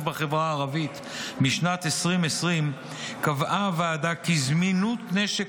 בחברה הערבית משנת 2020 קבעה הוועדה כי "זמינות נשק